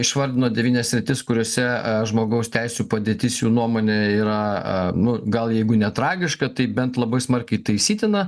išvardino devynias sritis kuriose žmogaus teisių padėtis jų nuomone yra nu gal jeigu ne tragiška tai bent labai smarkiai taisytina